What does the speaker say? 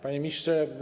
Panie Ministrze!